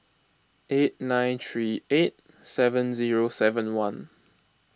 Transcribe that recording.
eight nine three eight seven zero seven one